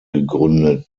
gegründet